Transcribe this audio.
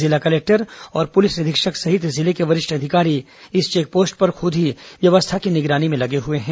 जिला कलेक्टर और पुलिस अधीक्षक सहित जिले के वरिष्ठ अधिकारी इस चेक पोस्ट पर खुद ही व्यवस्था की निगरानी में लगे हुए हैं